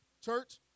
Church